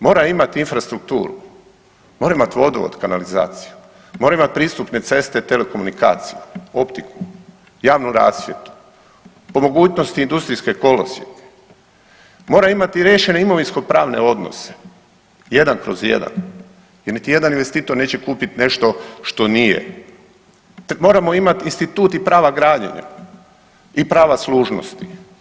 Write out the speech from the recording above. Mora imati infrastrukturu, mora imati vodovod, kanalizaciju, mora imati pristupne ceste, telekomunikaciju, optiku, javnu rasvjetu, po mogućnosti industrijske kolosijeke, mora imati riješene imovinske pravne odnose 1/1 jer niti jedan investitor neće kupiti nešto što nije, moramo imati institut i prava građenja i prava služnosti.